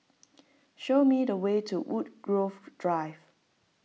show me the way to Woodgrove Drive